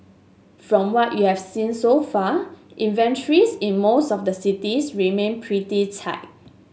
from what we've seen so far inventories in most of the cities remain pretty tight